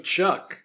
Chuck